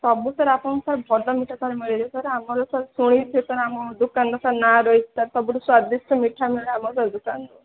ସବୁ ସାର୍ ଆପଣଙ୍କୁ ସାର୍ ଭଲ ମିଠା ସାର୍ ମିଳିଯିବ ସାର୍ ଆମର ସବୁ ଆମ ଦୋକାନର ସାର୍ ନା ସବୁଠାରୁ ସ୍ୱାଦିଷ୍ଟ ମିଠା ମିଳେ ଆମ ଦୋକାନରେ